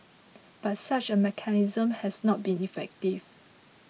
but such a mechanism has not been effective